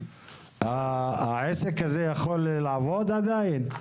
העסק הזה יכול לעבוד עדיין?